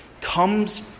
comes